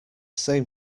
same